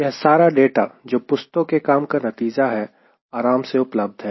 यह सारा डाटा जो पुष्तो के काम का नतीजा है आराम से उपलब्ध है